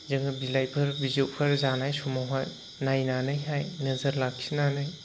जोङो बिलाइफोर बिजौफोर जानाय समावहाय नायनानैहाय नोजोर लाखिनानै